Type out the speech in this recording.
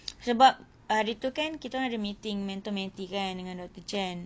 sebab haritu kan kitaorang ada meeting mentor mentee kan dengan doctor chan